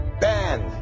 band